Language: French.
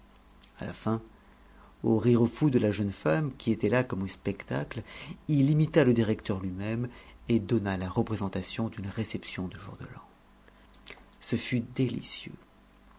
à la fin aux rires fous de la jeune femme qui était là comme au spectacle il imita le directeur lui-même et donna la représentation d'une réception de jour de l'an ce fut délicieux